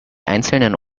einzelnen